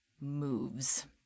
moves